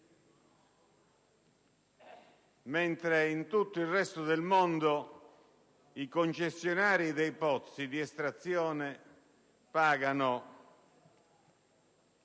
Mentre nel resto del mondo i concessionari dei pozzi di estrazione pagano